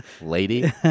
lady